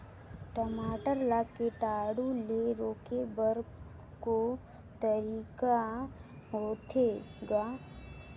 टमाटर ला कीटाणु ले रोके बर को तरीका होथे ग?